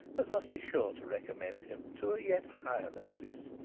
as must be sure to recommend him to a yet higher notice,